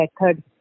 method